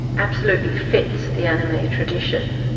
absolutely fits the anime tradition.